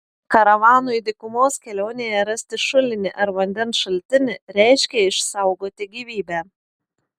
karavanui dykumos kelionėje rasti šulinį ar vandens šaltinį reiškė išsaugoti gyvybę